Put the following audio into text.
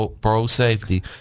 pro-safety